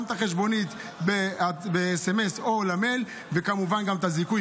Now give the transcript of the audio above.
את החשבונית בסמ"ס או למייל וכמובן גם את הזיכוי,